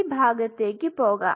ഈ ഭാഗത്തേക്ക് പോകാം